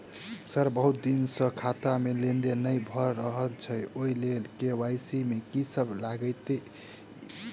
Sir बहुत दिन सऽ खाता मे लेनदेन नै भऽ रहल छैय ओई लेल के.वाई.सी मे की सब लागति ई?